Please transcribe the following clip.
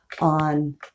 on